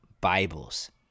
Bibles